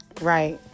right